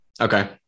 Okay